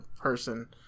person